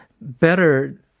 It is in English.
better